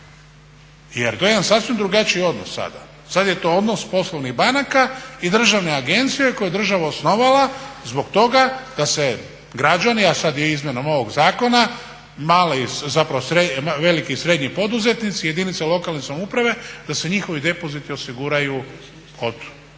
Jer to je jedan sasvim drugačiji odnos sada. Sada je to odnos poslovnih banaka i državne agencije koju je država osnovala zbog toga da se građani, a sada i izmjenom ovog zakona veliki i srednji poduzetnici, jedinice lokalne samouprave da se njihovi depoziti osiguraju od ne daj